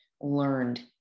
learned